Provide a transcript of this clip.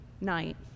night